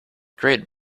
great